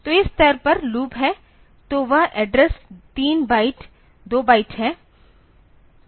तो इस स्तर का लूप है तो वह एड्रेस 3 बाइट 2 बाइट है